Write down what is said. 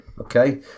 Okay